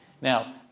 Now